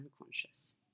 unconscious